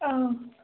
ꯑꯥ